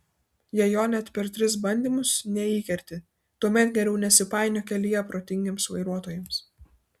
jei jo net per tris bandymus neįkerti tuomet geriau nesipainiok kelyje protingiems vairuotojams